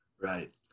Right